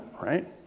right